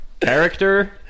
Character